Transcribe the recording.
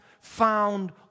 found